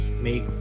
make